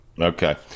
Okay